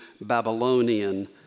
Babylonian